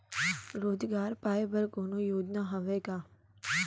रोजगार पाए बर कोनो योजना हवय का?